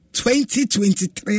2023